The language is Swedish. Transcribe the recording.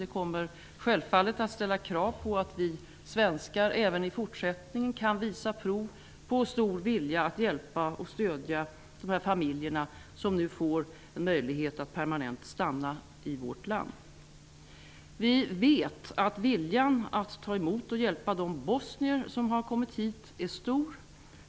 Det kommer självfallet att ställa krav på att vi svenskar även i fortsättningen kan visa prov på stor vilja att hjälpa och stödja de här familjerna som nu får en möjlighet att permanent stanna i vårt land. Vi vet att viljan att ta emot och hjälpa de bosnier som har kommit hit är stor.